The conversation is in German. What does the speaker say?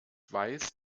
weiß